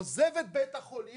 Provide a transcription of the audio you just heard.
עוזב את בית החולים,